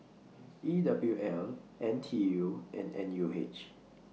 E W L N T U and N U H